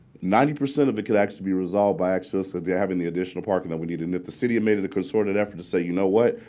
ninety percent of it could actually be resolved by access that they're having the additional parking that we need. and if the city made a concerted effort to say, you know what,